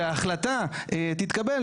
וההחלטה תתקבל,